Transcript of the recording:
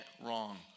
wrong